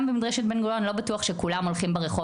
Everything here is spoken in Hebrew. גם במדרשת בן גוריון לא בטוח שכולם הולכים ברחוב